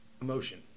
Emotion